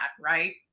right